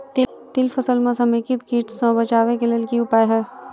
तिल फसल म समेकित कीट सँ बचाबै केँ की उपाय हय?